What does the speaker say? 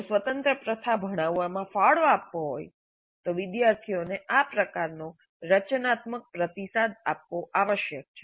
જો સ્વતંત્ર પ્રથા ભણવામાં ફાળો આપવો હોય તો વિદ્યાર્થીઓને આ પ્રકારનો રચનાત્મક પ્રતિસાદ આપવો આવશ્યક છે